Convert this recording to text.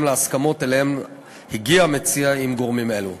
להסכמות שאליהן הגיע המציע עם גורמים אלו.